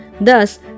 Thus